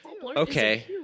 Okay